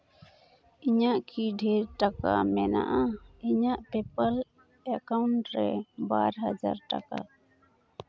ᱤᱧᱟᱹᱜ ᱠᱤ ᱰᱷᱮᱨ ᱴᱟᱠᱟ ᱢᱮᱱᱟᱜᱼᱟ ᱤᱧᱟᱹᱜ ᱯᱮᱯᱟᱞ ᱮᱠᱟᱣᱩᱱᱴ ᱨᱮ ᱵᱟᱨ ᱦᱟᱡᱟᱨ ᱴᱟᱠᱟ